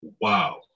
wow